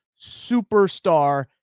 superstar